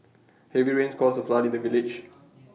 heavy rains caused A flood in the village